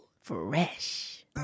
fresh